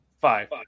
five